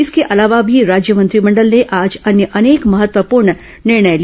इसके अलावा भी राज्य मंत्रिमंडल ने आज अन्य अनेक महत्वपूर्ण निर्णय लिए